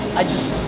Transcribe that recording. i just,